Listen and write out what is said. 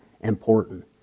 important